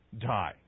die